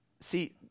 See